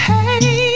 Hey